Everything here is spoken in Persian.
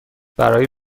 برای